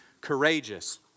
courageous